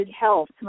Health